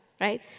right